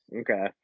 Okay